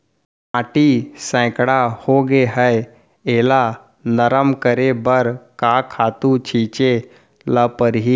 माटी सैकड़ा होगे है एला नरम करे बर का खातू छिंचे ल परहि?